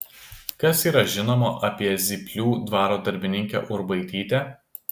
kas yra žinoma apie zyplių dvaro darbininkę urbaitytę